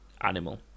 animal